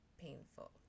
painful